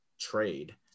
trade